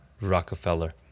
rockefeller